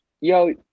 Yo